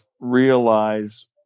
realize